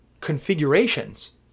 configurations